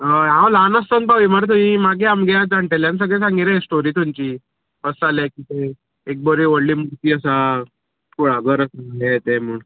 हय हांव ल्हान आसतना पाविल्लो मरे थंयी मागी आमगे जाणटेल्यांनी सगलें सांगिलें रे स्टोरी थंयची कशें जालें किदें एक बरी व्हडली मुर्ती आसा कुळागर आसा हें तें म्हूण